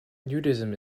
nudism